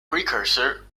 precursor